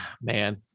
man